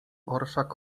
orszak